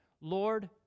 Lord